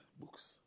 books